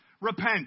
repent